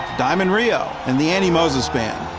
diamond rio, and the annie moses band.